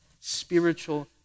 Spiritual